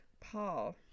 Paul